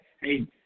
hey